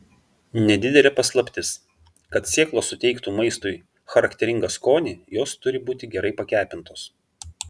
nedidelė paslaptis kad sėklos suteiktų maistui charakteringą skonį jos turi būti gerai pakepintos